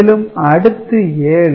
மேலும் அடுத்து 7